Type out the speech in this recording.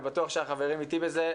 ואני בטוח שהחברים איתי בזה,